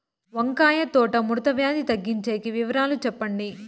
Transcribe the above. వంకాయ తోట ముడత వ్యాధి తగ్గించేకి వివరాలు చెప్పండి?